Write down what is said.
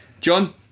John